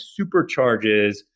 supercharges